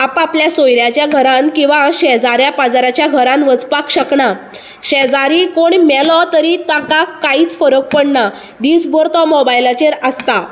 आपापल्या सोयऱ्याच्या घरांन किंवां शेजाऱ्या पाजाऱ्याच्या घरान वचपाक शकना शेजारी कोणी मेलो तरी ताका कांयच फरक पडना दिसभर तो मोबायलाचेर आसता